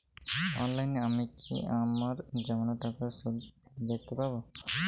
অনলাইনে আমি কি আমার জমানো টাকার সুদ দেখতে পবো?